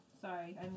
Sorry